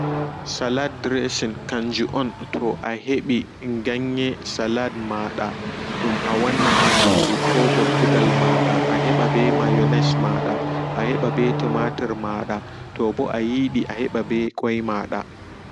Salad dressing kanju on toa heɓi ganye salad mada dum awannata nyamdu ko gortugo mada a heɓa ɓe mayones mada aheɓa ɓe tumatur mada toɓo ayidi aheɓa ɓe koi mada.